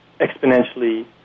exponentially